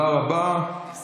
מה עוד אתה מאחל לנו?